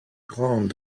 grandes